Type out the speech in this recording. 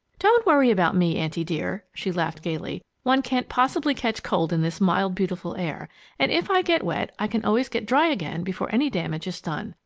don't worry about me, auntie dear! she laughed gaily. one can't possibly catch cold in this mild, beautiful air and if i get wet, i can always get dry again before any damage is done.